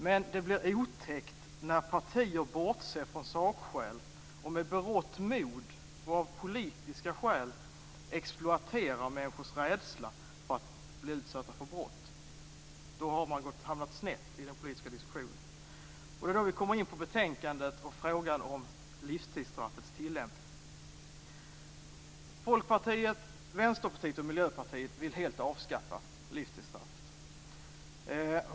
Men det blir otäckt när partier bortser från sakskäl och med berått mod och av politiska skäl exploaterar människors rädsla för att bli utsatta för brott. Då har man hamnat snett i den politiska diskussionen. Det är då vi kommer in på betänkandet och frågan om livstidsstraffets tillämpning. Folkpartiet, Vänsterpartiet och Miljöpartiet vill helt avskaffa livstidsstraffet.